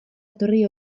etorri